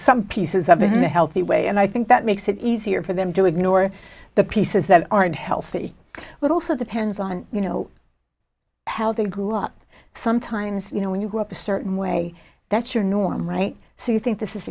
some pieces of it in a healthy way and i think that makes it easier for them to ignore the pieces that are unhealthy but also depends on you know how they grew up sometimes you know when you grow up a certain way that your normal right so you think this is